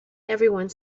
everyone